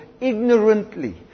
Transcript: ignorantly